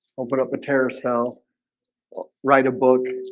open up a terror cell write a book.